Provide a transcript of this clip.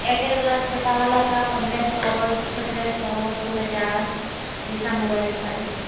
Airtel वाला छोटा वाला का पन्द्रह सौ सतरह सौ दो हज़ार जैसा मोबाइल वैसा रेट